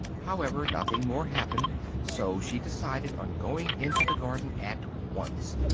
however, nothing more happened so she decided on going into the garden at once,